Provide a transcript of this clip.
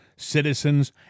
Citizens